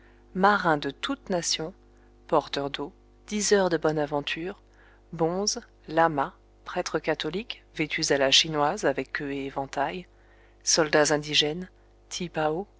marins de toutes nations porteurs d'eau diseurs de bonne aventure bonzes lamas prêtres catholiques vêtus à la chinoise avec queue et éventail soldats indigènes